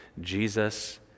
Jesus